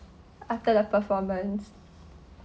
after the performance